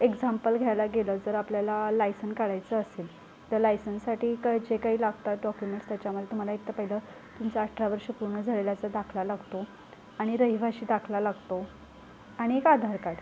example घ्यायला गेलं जर आपल्याला लायसन काढायचं असेल तर लायसनसाठी क जे काहीही लागतात डॉक्युमेंट्स त्याच्यामदे तुम्हाला एक तर पाहिलं तुमचं अठरा वर्ष पूर्ण झालेल्याचा दाखला लागतो आणि रहिवाशी दाखला लागतो आणि एक आधार कार्ड